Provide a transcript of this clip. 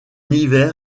hiver